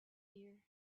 year